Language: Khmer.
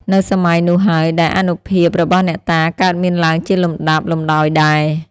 នៅសម័យនោះហើយ ដែលអានុភាពរបស់អ្នកតា កើតមានឡើងជាលំដាប់លំដោយដែរ ។